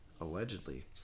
Allegedly